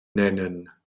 nennen